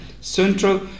Central